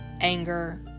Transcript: anger